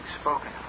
spoken